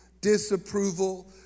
disapproval